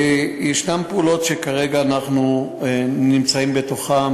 יש פעולות שכרגע אנחנו נמצאים בתוכן,